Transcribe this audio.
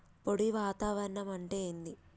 పొడి వాతావరణం అంటే ఏంది?